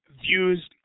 views